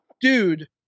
dude